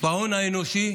בהון האנושי,